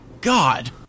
God